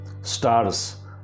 stars